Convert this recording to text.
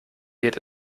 wird